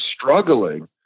struggling